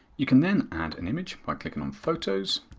you can then add an image by clicking on photos,